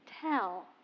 tell